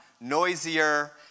noisier